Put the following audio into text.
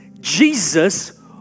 Jesus